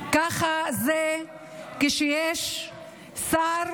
ככה זה כשיש שר